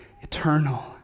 eternal